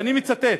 ואני מצטט: